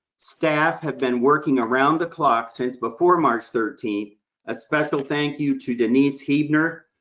staff have been working around the clock since before march thirteenth a special thank you to denise heedner,